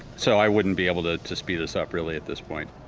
so i wouldn't be able to to speed this up, really, at this point.